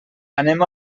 anem